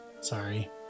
sorry